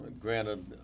granted